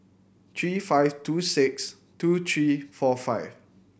three five two six two three four five